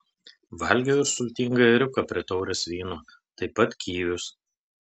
valgiau ir sultingą ėriuką prie taurės vyno taip pat kivius